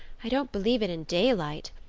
i don't believe it in daylight.